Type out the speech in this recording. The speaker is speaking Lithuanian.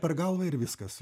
per galvą ir viskas